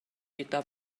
gyda